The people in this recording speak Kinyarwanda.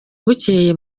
bukeye